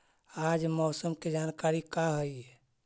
आज मौसम के जानकारी का हई?